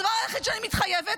הדבר היחידי שאני מתחייבת,